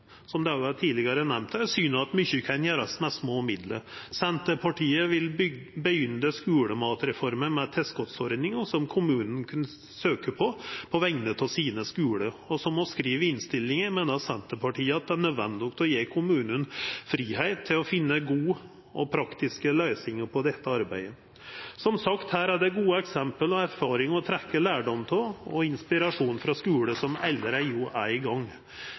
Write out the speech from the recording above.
som òg har vore nemnde her tidlegare – syner at mykje kan gjerast med små midlar. Senterpartiet vil begynna skulematreforma med tilskotsordningar som kommunane kan søkja på, på vegner av sine skular. Som vi skriv i innstillinga, meiner Senterpartiet det er nødvendig å gje kommunane fridom til å finna gode og praktiske løysingar i dette arbeidet. Og som sagt, her er det gode eksempel og erfaringar å trekkja lærdom av og inspirasjon frå, frå skular som allereie er i gang.